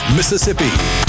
Mississippi